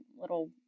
little